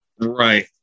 Right